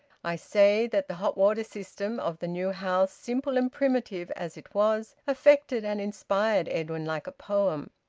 i say that the hot-water system of the new house, simple and primitive as it was, affected and inspired edwin like a poem.